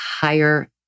higher